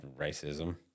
racism